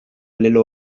lelo